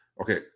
okay